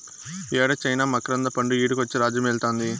యేడ చైనా మకరంద పండు ఈడకొచ్చి రాజ్యమేలుతాంది